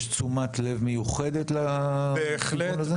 יש תשומת לב מיוחדת לכיוון הזה?